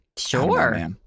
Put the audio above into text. Sure